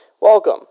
Welcome